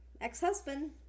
ex-husband